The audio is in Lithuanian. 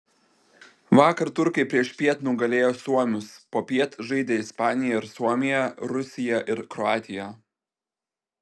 vakar turkai priešpiet nugalėjo suomius popiet žaidė ispanija ir suomija rusija ir kroatija